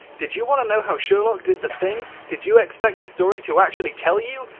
did you want to know how sherlock did the thing? did you expect the story to actually tell you?